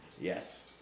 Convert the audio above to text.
Yes